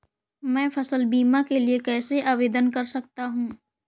मैं फसल बीमा के लिए कैसे आवेदन कर सकता हूँ?